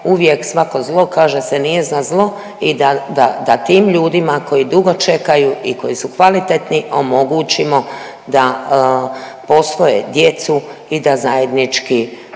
uvijek svako zlo kaže se nije za zlo i da, da, da tim ljudima koji dugo čekaju i koji su kvalitetni omogućimo da posvoje djecu i da zajednički